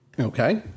okay